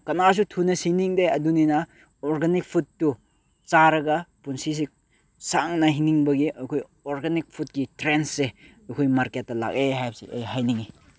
ꯀꯅꯥꯁꯨ ꯊꯨꯅ ꯁꯤꯅꯤꯡꯗꯦ ꯑꯗꯨꯅꯤꯅ ꯑꯣꯔꯒꯥꯅꯤꯛ ꯐꯨꯠꯇꯨ ꯆꯥꯔꯒ ꯄꯨꯟꯁꯤꯁꯤ ꯁꯥꯡꯅ ꯍꯤꯡꯅꯤꯡꯕꯒꯤ ꯑꯩꯈꯣꯏ ꯑꯣꯔꯒꯥꯅꯤꯛ ꯐꯨꯠꯀꯤ ꯇ꯭ꯔꯦꯟꯁꯁꯦ ꯑꯩꯈꯣꯏ ꯃꯥꯔꯀꯦꯠꯇ ꯂꯥꯛꯑꯦ ꯍꯥꯏꯕꯁꯦ ꯑꯩ ꯍꯥꯏꯅꯤꯡꯉꯤ